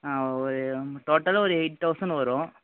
ஆ ஒரு டோட்டலாக ஒரு எய்ட் தௌசண்ட் வரும்